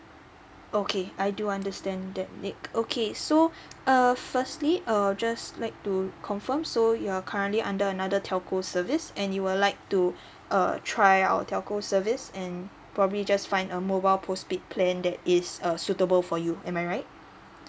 okay I do understand that nick okay so err firstly err just like to confirm so you're currently under another telco service and you would like to uh try our telco service and probably just find a mobile postpaid plan that is uh suitable for you am I right